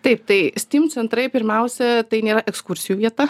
taip tai steam centrai pirmiausia tai nėra ekskursijų vieta